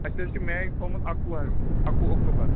اَسہِ حظ چھِ میچ تھوٚومُت اَکوُہ حظ اَکوُہ اکتوٗبر